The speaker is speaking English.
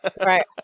Right